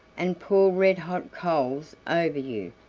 and pour red-hot coals over you,